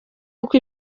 uko